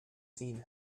seen